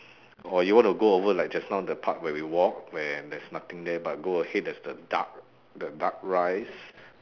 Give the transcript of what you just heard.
or you want to go over like just now the park where we walk when there is nothing there but go ahead there's the duck the duck rice